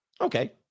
Okay